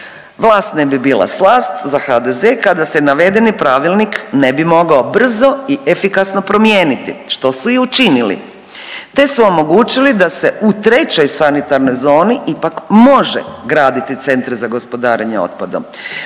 vlast ne bi bila slast za HDZ kada se navedeni pravilnik ne bi mogao brzo i efikasno promijeniti, što su i učinili, te su omogućili da se u trećoj sanitarnoj zoni ipak može graditi Centre za gospodarenje otpadom.